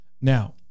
Now